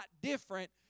different